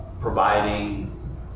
providing